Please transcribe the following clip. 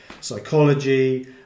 psychology